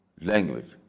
language